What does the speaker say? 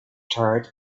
tart